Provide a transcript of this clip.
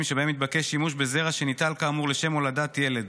שבהם התבקש שימוש בזרע שניטל כאמור לשם הולדת ילד.